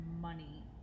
money